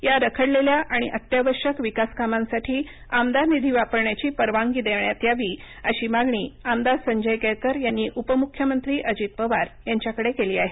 या रखडलेल्या आणि अत्यावश्यक विकास कामांसाठी आमदार निधी वापरण्याची परवानगी देण्यात यावीअशी मागणी आमदार संजय केळकर यांनी उपमुख्यमंत्री अजित पवार यांच्याकडे केली आहे